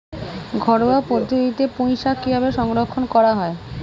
ঘরোয়া পদ্ধতিতে পুই শাক কিভাবে সংরক্ষণ করা হয়?